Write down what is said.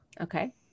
Okay